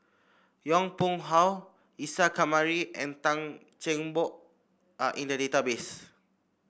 Yong Pung How Isa Kamari and Tan Cheng Bock are in the database